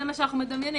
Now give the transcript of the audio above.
זה מה שאנחנו מדמיינים.